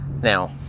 Now